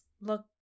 look